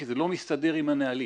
כי זה לא מסתדר עם הנהלים.